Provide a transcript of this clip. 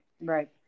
right